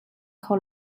kho